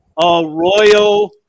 Arroyo